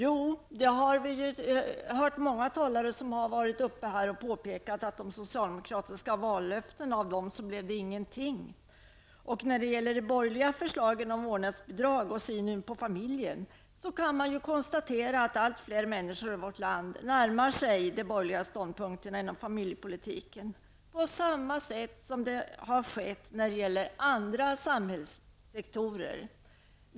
Jo, vi har ju hört många talare som har varit uppe här och påpekat att av de socialdemokratiska vallöftena blev det ingenting. När det gäller de borgerliga förslagen om vårdnadsbidrag och synen på familjepolitiken kan man konstatera att allt fler människor i vårt land närmar sig de borgerliga ståndpunkterna inom familjepolitiken, på samma sätt som har skett när det gäller andra samhällssektorer.